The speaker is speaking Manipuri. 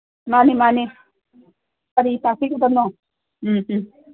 ꯃꯥꯅꯤ ꯃꯥꯅꯤ ꯀꯔꯤ ꯇꯥꯛꯄꯤꯒꯗꯕꯅꯣ ꯎꯝ ꯎꯝ